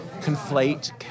conflate